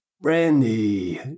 Brandy